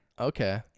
Okay